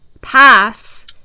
pass